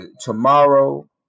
Tomorrow